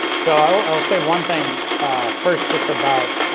so i will say one thing first just about